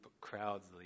crowds